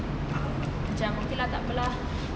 macam okay lah takpe lah